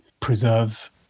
preserve